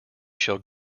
shall